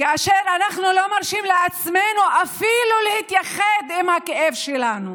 כאשר אנחנו לא מרשים לעצמנו אפילו להתייחד עם הכאב שלנו,